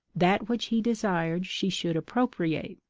that which he desired she should appropriate,